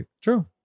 True